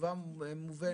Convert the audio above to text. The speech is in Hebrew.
תשובה מובנת.